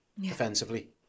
defensively